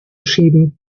schieben